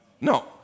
No